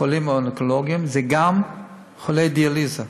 חולים אונקולוגים, זה גם חולי דיאליזה.